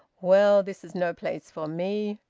well, this is no place for me.